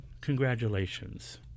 Congratulations